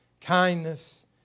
kindness